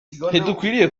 ntidukwiye